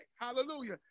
Hallelujah